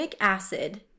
acid